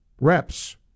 reps